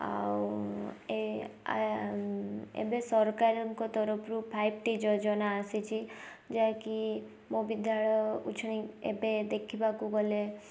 ଆଉ ଏ ଆ ଏବେ ସରକାରଙ୍କ ତରଫରୁ ଫାଇପ ଟି ଯୋଜନା ଆସିଛି ଯାହାକି ମୋ ବିଦ୍ୟାଳୟ ଏବେ ଦେଖିବାକୁ ଗଲେ